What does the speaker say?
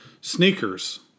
Sneakers